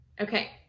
Okay